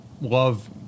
love